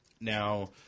Now